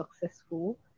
successful